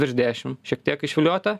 virš dešim šiek tiek išviliota